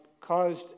caused